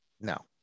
No